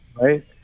Right